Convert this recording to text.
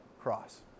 cross